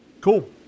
cool